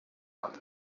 aldı